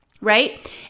Right